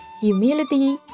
Humility